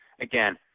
Again